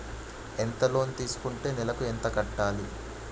ఎంత లోన్ తీసుకుంటే నెలకు ఎంత కట్టాలి?